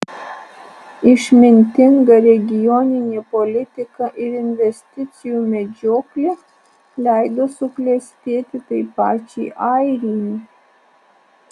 išmintinga regioninė politika ir investicijų medžioklė leido suklestėti tai pačiai airijai